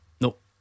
Nope